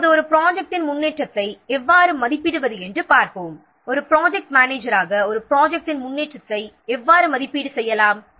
இப்போது ஒரு ப்ராஜெக்ட்டின் முன்னேற்றத்தை எவ்வாறு மதிப்பிடுவது என்று பார்ப்போம் ஒரு ப்ராஜெக்ட் மேனேஜராக ஒரு ப்ராஜெக்ட்டின் முன்னேற்றத்தை எவ்வாறு மதிப்பீடு செய்யலாம்